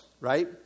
right